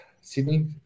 Sydney